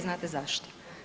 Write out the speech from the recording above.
Znate zašto?